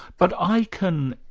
but i can.